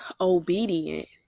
obedient